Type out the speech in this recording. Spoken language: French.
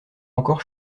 encore